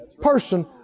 person